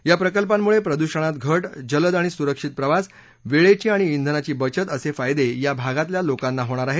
या प्रकल्पांमुळे प्रदूषणात घट जलद आणि सुरक्षित प्रवास वेळेची आणि ब्रेनाची बचत असे फायदे या भागातल्या लोकांना होणार आहेत